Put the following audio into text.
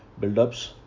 buildups